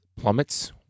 plummets